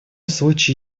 случае